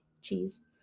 cheese